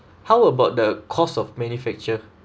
how about the cost of manufacture